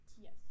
Yes